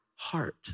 heart